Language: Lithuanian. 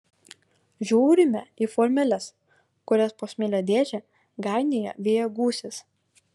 žiūrime į formeles kurias po smėlio dėžę gainioja vėjo gūsis